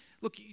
look